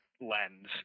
lens